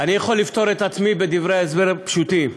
אני יכול לפטור את עצמי בדברי הסבר פשוטים.